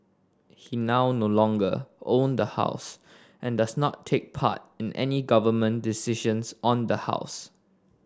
he now no longer own the house and does not take part in any Government decisions on the house